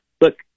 look